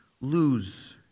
lose